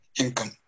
income